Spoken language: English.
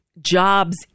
jobs